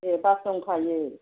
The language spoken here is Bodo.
ए बास दंखायो